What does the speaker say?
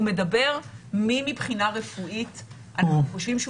הוא מדבר מי מבחינה רפואית אנחנו חושבים שהוא